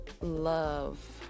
love